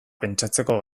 pentsatzeko